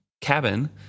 cabin